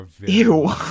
Ew